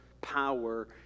power